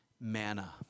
Manna